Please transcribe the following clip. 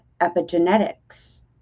epigenetics